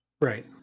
right